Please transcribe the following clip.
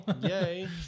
Yay